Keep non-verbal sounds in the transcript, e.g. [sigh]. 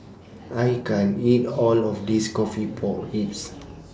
[noise] I can't eat All of This Coffee Pork Ribs